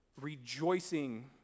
rejoicing